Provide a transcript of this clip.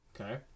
okay